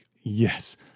yes